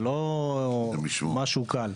זה לא משהו קל.